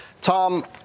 Tom